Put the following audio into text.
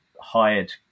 hired